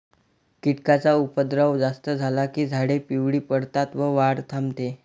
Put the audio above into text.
कीटकांचा उपद्रव जास्त झाला की झाडे पिवळी पडतात व वाढ थांबते